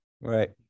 right